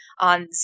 on